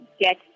get